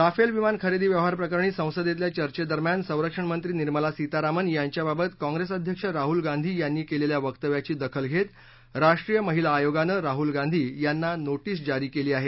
Rafale विमान खरेदी व्यवहार प्रकरणी संसदेतल्या चर्चेदरम्यान संरक्षणमंत्री निर्मला सीतारामन यांच्याबाबत कॉंग्रेस अध्यक्ष राहुल गांधी यांनी केलेल्या वक्तव्याची दखल घेत राष्ट्रीय महिला आयोगानं राहुल गांधी यांना नोटिस जारी केली आहे